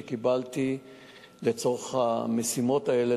שקיבלתי לצורך המשימות האלה,